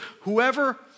whoever